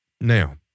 Now